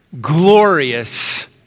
glorious